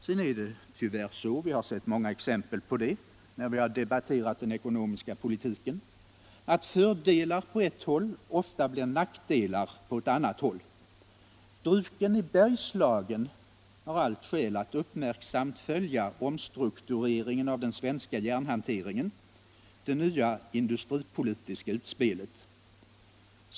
Sedan är det tyvärr så — vi har sett många exempel på det, när vi debatterat den ekonomiska politiken — att fördelar på ett håll ofta blir nackdelar på ett annat håll. Bruken i Bergslagen har allt skäl att uppmärksamt följa omstruktureringen av den svenska järnhanteringen, det nya industripolitiska utspelet.